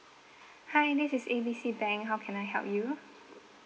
hi this is A B C bank how can I help you